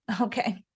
Okay